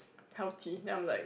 healthy then I'm like